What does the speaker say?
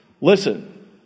Listen